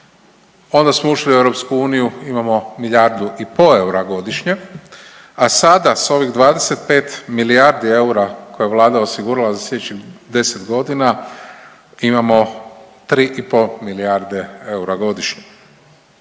onda smo ušli u EU imamo milijardu i po eura godišnje, a sada s ovih 25 milijardi eura koje je Vlada osigurala za sljedećih 10 godina imamo 3,5 milijarde eura godišnje